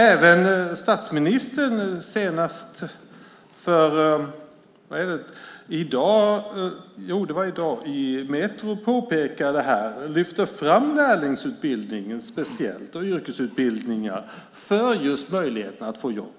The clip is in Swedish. Även statsministern har i dag i Metro särskilt lyft fram lärlingsutbildningen och yrkesutbildningar när det gäller just möjligheten att få jobb